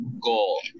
goal